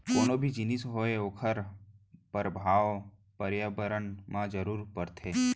कोनो भी जिनिस होवय ओखर परभाव परयाबरन म जरूर परथे